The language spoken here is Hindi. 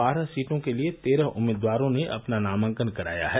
बारह सीटों के लिए तेरह उम्मीदवारों ने अपना नामांकन कराया है